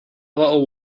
little